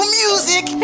music